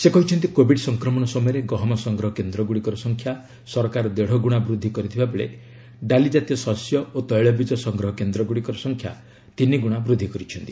ସେ କହିଛନ୍ତି କୋବିଡ୍ ସଂକ୍ରମଣ ସମୟରେ ଗହମ ସଂଗ୍ରହ କେନ୍ଦ୍ର ଗୁଡ଼ିକର ସଂଖ୍ୟା ସରକାର ଦେଢ଼ଗୁଣା ବୃଦ୍ଧି କରିଥିବା ବେଳେ ଡାଲି ଜାତୀୟ ଶସ୍ୟ ଓ ତୈଳବିଜ ସଂଗ୍ରହ କେନ୍ଦ୍ର ଗୁଡ଼ିକର ସଂଖ୍ୟା ତିନି ଗୁଣା ବୃଦ୍ଧି କରିଛନ୍ତି